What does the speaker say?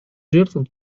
жертвам